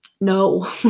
No